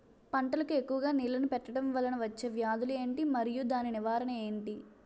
పంటలకు ఎక్కువుగా నీళ్లను పెట్టడం వలన వచ్చే వ్యాధులు ఏంటి? మరియు దాని నివారణ ఏంటి?